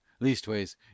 Leastways